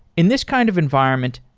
in this kind of environment,